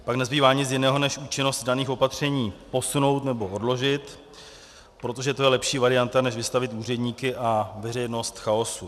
Pak nezbývá nic jiného, než účinnost daných opatření posunout nebo odložit, protože to je lepší varianta než vystavit úředníky a veřejnost chaosu.